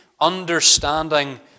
Understanding